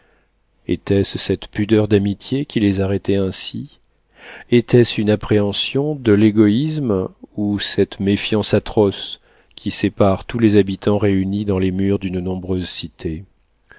était-ce cette pudeur d'amitié qui les arrêtait ainsi était-ce cette appréhension de l'égoïsme ou cette méfiance atroce qui séparent tous les habitants réunis dans les murs d'une nombreuse cité